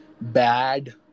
bad